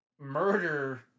murder